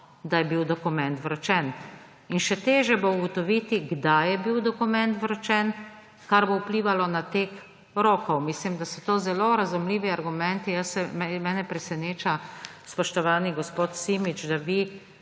da je bil dokument vročen, in še težje bo ugotoviti, kdaj je bil dokument vročen, kar bo vplivalo na tek rokov. Mislim, da so to zelo razumljivi argumenti. Mene preseneča, spoštovani gospod Simič, da vi